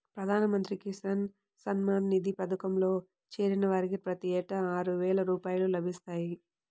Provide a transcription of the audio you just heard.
ప్రధాన మంత్రి కిసాన్ సమ్మాన్ నిధి పథకంలో చేరిన వారికి ప్రతి ఏటా ఆరువేల రూపాయలు లభిస్తాయి